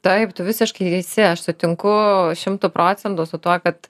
taip tu visiškai teisi aš sutinku šimtu procentų su tuo kad